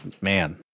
Man